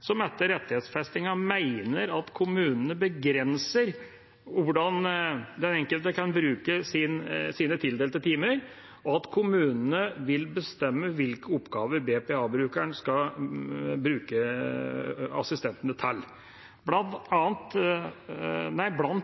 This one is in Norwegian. som etter rettighetsfestingen mener at kommunene begrenser hvordan den enkelte kan bruke sine tildelte timer, og at kommunene vil bestemme hvilke oppgaver BPA-brukeren skal bruke assistenten til. Blant